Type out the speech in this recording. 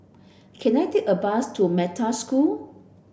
can I take a bus to Metta School